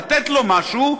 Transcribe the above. לתת לו משהו.